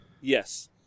Yes